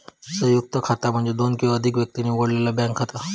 संयुक्त खाता म्हणजे दोन किंवा अधिक व्यक्तींनी उघडलेला बँक खाता